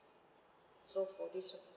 so for this